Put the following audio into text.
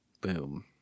Boom